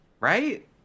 right